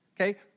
Okay